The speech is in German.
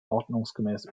ordnungsgemäß